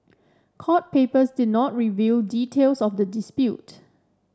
court papers did not reveal details of the dispute